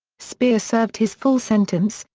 speer served his full sentence,